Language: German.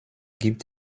gibt